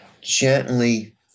gently